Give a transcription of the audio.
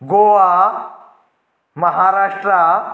Goa Maharashtra